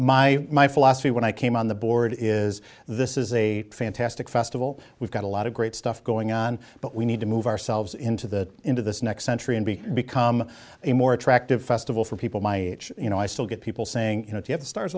my my philosophy when i came on the board is this is a fantastic festival we've got a lot of great stuff going on but we need to move ourselves into that into this next century and be become a more attractive festival for people my you know i still get people saying you know